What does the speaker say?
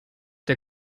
der